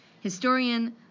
Historian